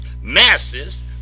masses